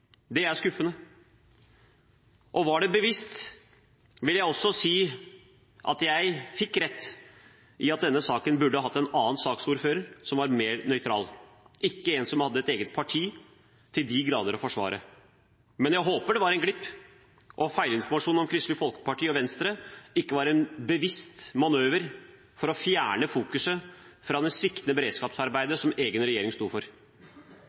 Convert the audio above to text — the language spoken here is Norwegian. Det er skuffende. Var det bevisst, vil jeg også si at jeg fikk rett i at denne saken burde hatt en annen saksordfører, som var mer nøytral, og ikke en som til de grader har sitt eget parti å forsvare. Jeg håper det var en glipp og at feilinformasjon om Kristelig Folkeparti og Venstre ikke var en bevisst manøver for å fjerne fokus fra det sviktende beredskapsarbeidet som egen regjering sto for.